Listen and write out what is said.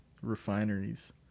refineries